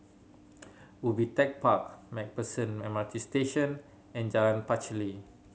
Ubi Tech Park Macpherson M R T Station and Jalan Pacheli